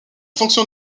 fonction